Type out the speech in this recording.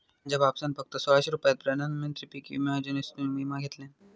माझ्या बापसान फक्त सोळाशे रुपयात प्रधानमंत्री पीक विमा योजनेसून विमा घेतल्यान